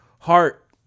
heart